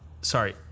sorry